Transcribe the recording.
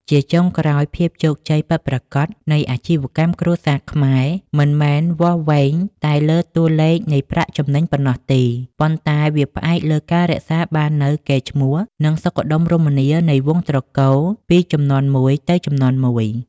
ជាចុងក្រោយ ភាពជោគជ័យពិតប្រាកដនៃអាជីវកម្មគ្រួសារខ្មែរ មិនមែនវាស់វែងតែលើតួលេខនៃប្រាក់ចំណេញប៉ុណ្ណោះទេ ប៉ុន្តែវាផ្អែកលើការរក្សាបាននូវកេរ្តិ៍ឈ្មោះ និងសុខដុមរមនានៃវង្សត្រកូលពីជំនាន់មួយទៅជំនាន់មួយ។